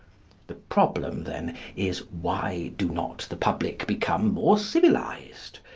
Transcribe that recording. the problem then is, why do not the public become more civilised?